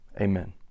amen